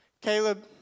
Caleb